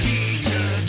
Teacher